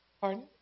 pardon